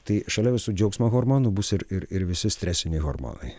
tai šalia visų džiaugsmo hormonų bus ir ir visi stresiniai hormonai